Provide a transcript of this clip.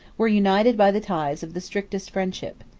were united by the ties of the strictest friendship.